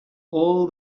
all